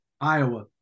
Iowa